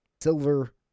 silver